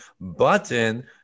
button